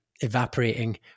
evaporating